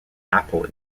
apple